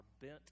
bent